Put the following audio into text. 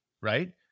right